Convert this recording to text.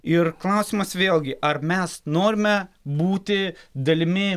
ir klausimas vėlgi ar mes norime būti dalimi